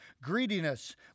greediness